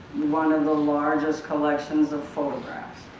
one of the largest collections of photographs.